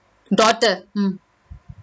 daughter mm